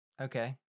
Okay